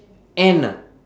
N ah